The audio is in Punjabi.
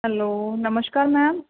ਹੈਲੋ ਨਮਸਕਾਰ ਮੈਮ